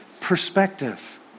perspective